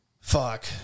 fuck